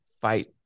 fight